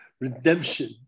redemption